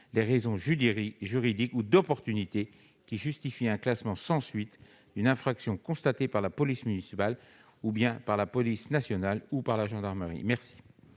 les raisons juridiques ou d'opportunité qui justifient un classement sans suite, que l'infraction soit constatée par la police municipale, par la police nationale ou par la gendarmerie. Quel